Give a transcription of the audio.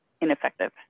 ineffective